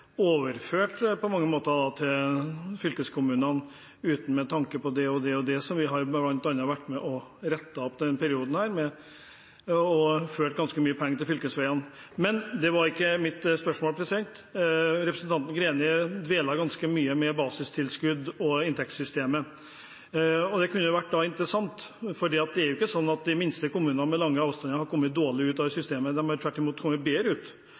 overført til fylkeskommunene uten tanke på det og det og det. Vi har bl.a. vært med på å rette det opp i denne perioden ved å tilføre fylkesveiene ganske mye penger. Men det var ikke mitt spørsmål. Representanten Greni dvelte ganske mye ved basistilskuddet i inntektssystemet. Det er interessant, for det er ikke sånn at de minste kommunene, med lange avstander, har kommet dårlig ut av det systemet. De har tvert imot kommet bedre ut.